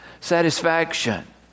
satisfaction